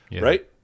Right